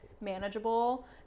manageable